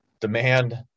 demand